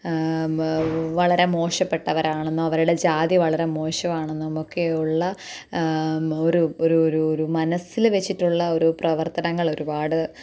വളരെ മോശപ്പെട്ടവർ ആണെന്നോ അവരുടെ ജാതി വളരെ മോശമാണെന്നും ഒക്കെ ഉള്ള ഒരു ഒരു ഒരു ഒരു മനസ്സിൽ വെച്ചിട്ടുള്ള ഒരു പ്രവര്ത്തനങ്ങള് ഒരുപാട്